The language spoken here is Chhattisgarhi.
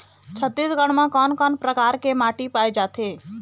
छत्तीसगढ़ म कोन कौन प्रकार के माटी पाए जाथे?